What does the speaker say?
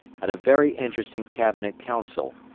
at a very interesting cabinet council,